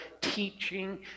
teaching